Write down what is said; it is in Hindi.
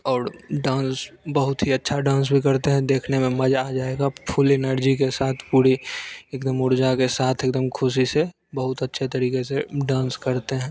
और डांस बहुत ही अच्छा डांस भी करते हैं देखने में मज़ा आ जाएगा फुल एनर्जी के साथ पूरे एकदम ऊर्जा के साथ एकदम खुशी से बहुत अच्छे तरीके से डांस करते हैं